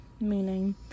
meaning